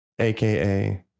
Aka